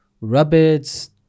rabbits